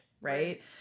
Right